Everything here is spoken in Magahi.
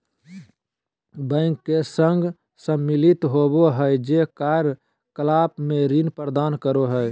बैंक के संघ सम्मिलित होबो हइ जे कार्य कलाप में ऋण प्रदान करो हइ